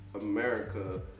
America